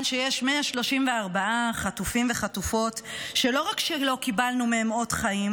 שיש 134 חטופים וחטופות שלא רק שלא קיבלנו מהם אות חיים,